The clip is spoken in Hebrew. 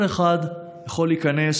כל אחד יכול להיכנס.